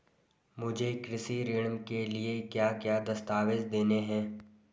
मुझे कृषि ऋण के लिए क्या क्या दस्तावेज़ देने हैं?